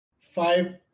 five